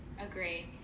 agree